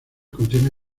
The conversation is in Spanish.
contiene